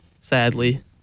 sadly